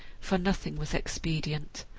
for nothing was expedient.